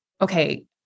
Okay